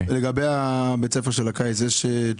לגבי בית הספר של הקיץ, יש תשובות?